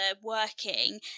working